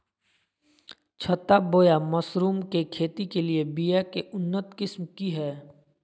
छत्ता बोया मशरूम के खेती के लिए बिया के उन्नत किस्म की हैं?